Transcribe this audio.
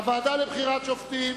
לוועדה לבחירת שופטים